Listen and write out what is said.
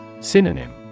Synonym